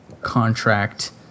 contract